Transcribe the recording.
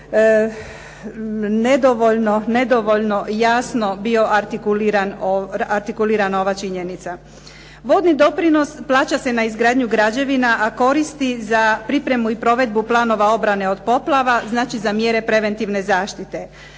nedovoljno jasno bio artikulirana ova činjenica. Vodni doprinos plaća se na izgradnju građevina, a koristi za pripremu i provedbu planova obrane od poplava, znači za mjere preventivne zaštite.